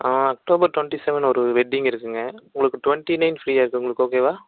ஆ October twenty seven ஒரு wedding இருக்குதுங்க உங்களுக்கு டுவெண்ட்டி நயன் ஃப்ரீயாக இருக்குது உங்களுக்கு ஓகேவா